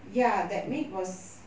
ya that meat was